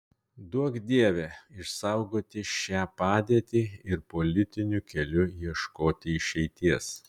duok dieve išsaugoti šią padėtį ir politiniu keliu ieškoti išeities